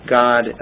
God